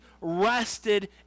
rested